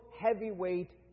heavyweight